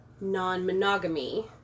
non-monogamy